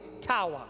tower